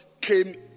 Came